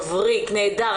מבריק ונהדר,